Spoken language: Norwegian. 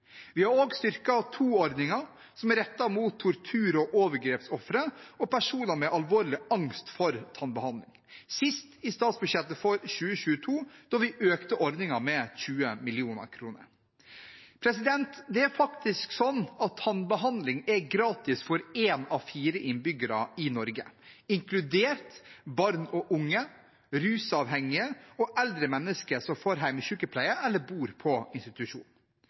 Vi har også styrket TOO-ordningen, som er rettet mot tortur- og overgrepsofre og personer med alvorlig angst for tannbehandling – sist i statsbudsjettet for 2022, da vi økte ordningen med 20 mill. kr. Det er faktisk sånn at tannbehandling er gratis for én av fire innbyggere i Norge, inkludert barn og unge, rusavhengige og eldre mennesker som får hjemmesykepleie eller bor på institusjon.